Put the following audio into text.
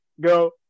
go